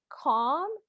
calm